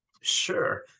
Sure